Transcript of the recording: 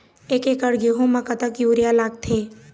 एक एकड़ गेहूं म कतक यूरिया लागथे?